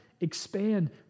expand